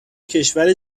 کشور